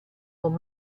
con